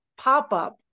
pop-up